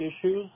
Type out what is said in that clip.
issues